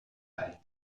but